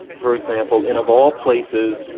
for example, in, of all places,